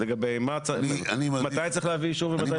לגבי מתי צריך להביא אישור ומתי לא.